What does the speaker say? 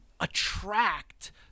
attract